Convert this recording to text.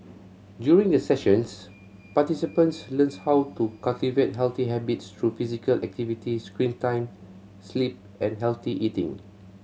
during the sessions participants learns how to cultivate healthy habits through physical activity screen time sleep and healthy eating